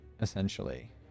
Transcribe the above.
essentially